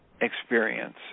experience